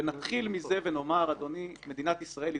ונתחיל מזה ונאמר, אדוני, מדינת ישראל היא